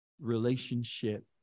relationship